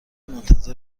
منتظر